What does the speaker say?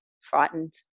frightened